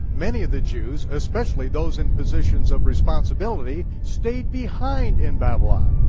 many of the jews, especially those in positions of responsibility, stayed behind in babylon.